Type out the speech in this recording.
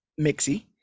Mixie